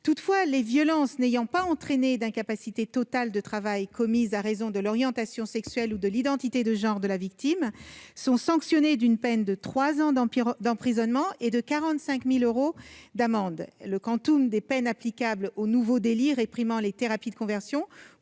Toutefois, les violences n'ayant pas entraîné d'incapacité totale de travail commises à raison de l'orientation sexuelle ou de l'identité de genre de la victime sont sanctionnées d'une peine de trois ans d'emprisonnement et de 45 000 euros d'amende. Le quantum des peines applicables au nouveau délit de thérapie de conversion